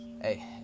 hey